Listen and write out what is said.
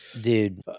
Dude